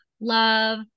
love